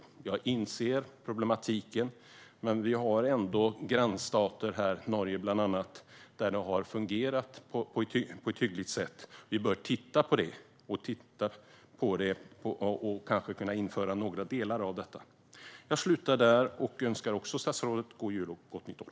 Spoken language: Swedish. Jag inser problematiken, men vi har ändå gränsstater, bland annat Norge, där detta har fungerat på ett hyggligt sätt. Vi bör titta på det; kanske kan vi införa vissa delar. Jag önskar statsrådet god jul och gott nytt år!